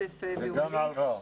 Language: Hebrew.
גם עלי.